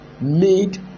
made